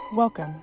Welcome